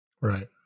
Right